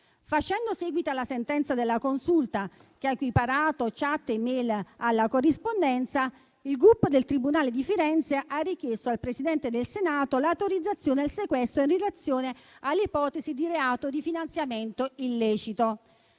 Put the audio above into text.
Facendo seguito alla sentenza della Consulta, che ha equiparato *chat* ed *e-mail* alla corrispondenza, il gup del tribunale di Firenze ha richiesto al Presidente del Senato l'autorizzazione al sequestro in relazione all'ipotesi di reato di finanziamento illecito.